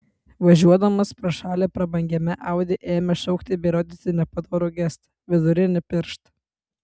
važiuodamas pro šalį prabangiame audi ėmė šaukti bei rodyti nepadorų gestą vidurinį pirštą